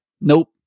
Nope